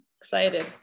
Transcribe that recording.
excited